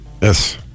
yes